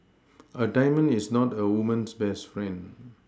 a diamond is not a woman's best friend